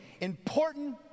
important